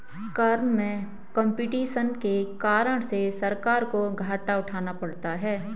कर में कम्पटीशन के कारण से सरकार को घाटा उठाना पड़ता है